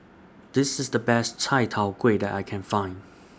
This IS The Best Chai Tow Kway that I Can Find